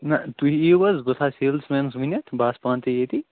نہَ تُہۍ یِیِوٗ حظ بہٕ تھاوٕ سیلٕز مینَس ؤنِتھ بہٕ آسہٕ پانہٕ تہِ ییٚتی